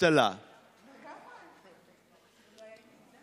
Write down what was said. בזכותך יוכל שר המשפטים לסכם את ההצעה.